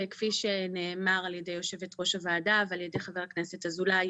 כפי שנאמר על ידי יושבת ראש הוועדה ועל ידי חבר הכנסת אזולאי,